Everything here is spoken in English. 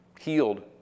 healed